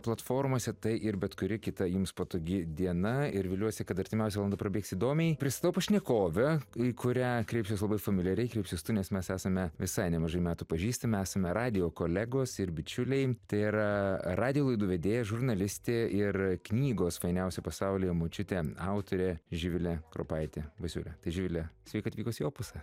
platformose tai ir bet kuri kita jums patogi diena ir viliuosi kad artimiausia valanda prabėgs įdomiai pristatau pašnekovę į kurią kreipsiuos labai familiariai kreipsiuos tu nes mes esame visai nemažai metų pažįstami esame radijo kolegos ir bičiuliai tai yra radijo laidų vedėja žurnalistė ir knygos fainiausia pasaulyje močiutė autorė živilė kropaitė basiulė tai živile sveika atvykus į opusą